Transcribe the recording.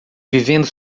vivendo